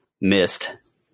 missed